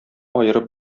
аерып